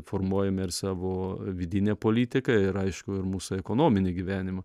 formuojame ir savo vidinę politiką ir aišku ir mūsų ekonominį gyvenimą